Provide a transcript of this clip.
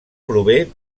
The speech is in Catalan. prové